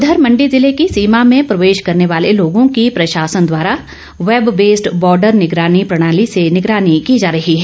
उधर मंडी ज़िले की सीमा में प्रवेश करने वाले लोगों की प्रशासन द्वारा वेब बेस्ड बॉर्डर निगरानी प्रणाली से निगरानी की जा रही है